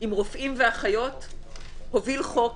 עם רופאים ואחיות הוביל חוק